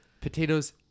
Potatoes